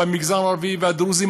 במגזר הערבי והדרוזי,